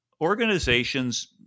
organizations